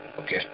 Okay